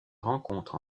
rencontre